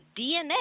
DNA